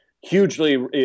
hugely